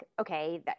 okay